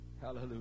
Hallelujah